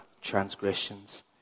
transgressions